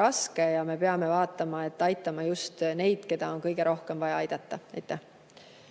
raske ja me peame vaatama, et me aitaksime just neid, keda on kõige rohkem vaja aidata.